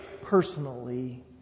personally